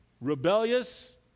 rebellious